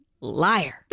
Liar